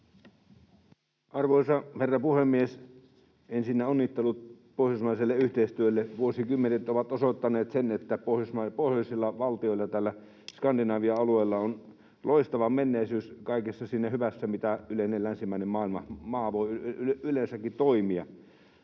Arvoisa herra puhemies! Ensinnä onnittelut pohjoismaiselle yhteistyölle. Vuosikymmenet ovat osoittaneet sen, että pohjoisilla valtioilla täällä Skandinavian alueella on loistava menneisyys kaikessa siinä hyvässä, miten yleinen länsimainen maa voi yleensäkin toimia.